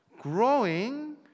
growing